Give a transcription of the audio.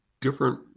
different